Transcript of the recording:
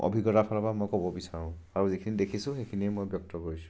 অভিজ্ঞতাৰ ফালৰপৰা মই ক'ব বিচাৰোঁ আৰু যিখিনি দেখিছোঁ সেইখিনিয়ে মই ব্যক্ত কৰিছোঁ